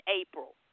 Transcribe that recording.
April